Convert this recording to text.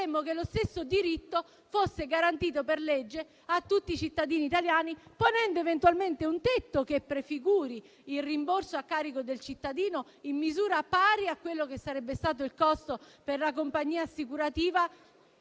che lo stesso diritto fosse garantito per legge a tutti i cittadini italiani, ponendo eventualmente un tetto che prefiguri il rimborso a carico del cittadino in misura pari a quello che sarebbe stato il costo per la compagnia assicurativa